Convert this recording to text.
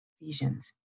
Ephesians